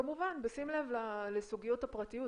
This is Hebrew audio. כמובן בשים לב לסוגיות הפרטיות,